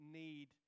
need